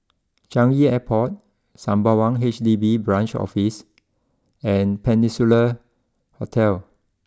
Changi Airport Sembawang H D B Branch Office and Peninsula Hotel